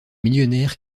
millionnaires